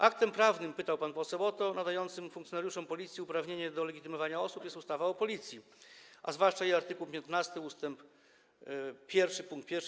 Aktem prawnym - pytał pan poseł o to - nadającym funkcjonariuszom policji uprawnienie do legitymowania osób jest ustawa o Policji, a zwłaszcza jej art. 15 ust. 1 pkt 1.